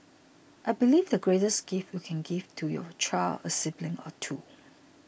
I believe the greatest gift you can give to your child is a sibling or two